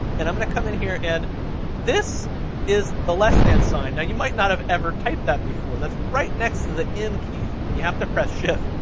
and i'm gonna come in here and this is the less than sign now you might not have ever type that before that's right next to the m key, and you have to press shift,